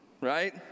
right